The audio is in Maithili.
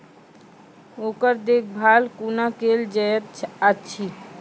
ओकर देखभाल कुना केल जायत अछि?